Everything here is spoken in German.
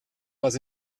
was